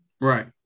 Right